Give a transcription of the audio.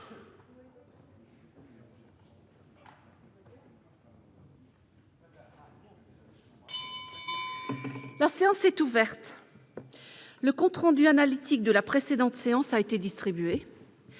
La séance est ouverte. Le compte rendu analytique de la précédente séance a été distribué.